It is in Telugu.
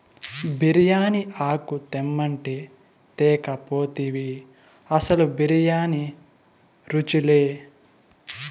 బిర్యానీ ఆకు తెమ్మంటే తేక పోతివి అసలు బిర్యానీ రుచిలే